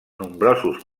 nombrosos